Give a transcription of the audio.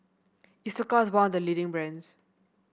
Isocal is one of the leading brands